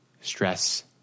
stress